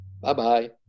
Bye-bye